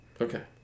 okay